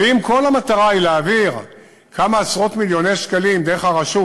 ואם כל המטרה היא להעביר כמה עשרות-מיליוני שקלים דרך הרשות